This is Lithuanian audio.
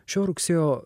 šio rugsėjo